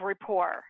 rapport